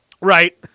Right